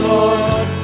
Lord